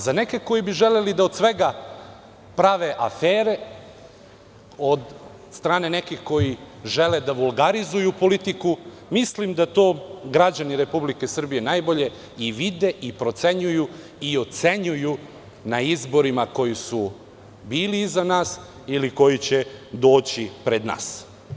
Za neke koji bi želeli da od svega prave afere od strane nekih koji žele da vulgarizuju politiku, mislim da to građani Republike Srbije najbolje i vide i procenjuju i ocenjuju na izborima koji su bili iza nas ili koji će doći pred nas.